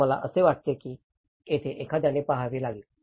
तर मला असे वाटते की येथेच एखाद्याने पहावे लागेल